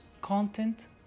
content